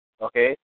Okay